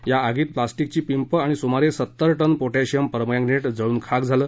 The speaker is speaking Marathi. या आगीत प्लास्टिकची पिंपं आणि सुमारे सत्तर टन पोटॅशियम परमँगनेट जळून खाक झालं